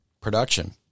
production